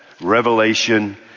Revelation